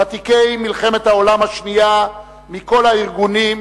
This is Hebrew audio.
ותיקי מלחמת העולם השנייה מכל הארגונים,